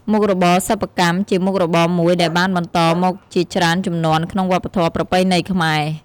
មុខរបរសិប្បកម្មជាមុខរបរមួយដែលបានបន្តមកជាច្រើនជំនាន់ក្នុងវប្បធម៏ប្រពៃណីខ្មែរ។